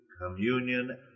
communion